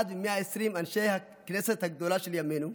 אחד מ-120 אנשי כנסת הגדולה של ימינו.